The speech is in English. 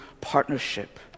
partnership